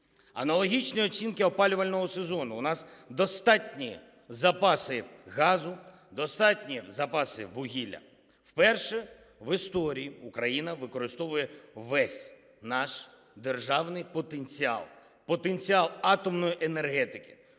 Аналогічні оцінки опалювального сезону: у нас достатні запаси газу, достатні запаси вугілля. Вперше в історії Україна використовує весь наш державний потенціал, потенціал атомної енергетики.